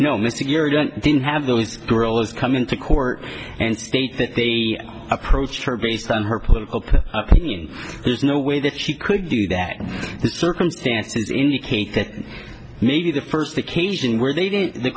don't didn't have those girls come into court and state that they approached her based on her political opinion there's no way that she could do that in the circumstances indicate that maybe the first occasion where they didn't the